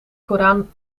koran